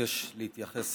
מבקש להתייחס